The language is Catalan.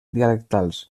dialectals